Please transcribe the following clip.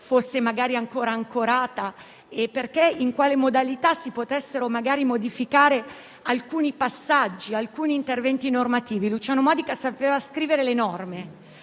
restassero ancorate e in quale modalità si potessero modificare alcuni passaggi, alcuni interventi normativi. Luciano Modica sapeva scrivere le norme